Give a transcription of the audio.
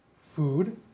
food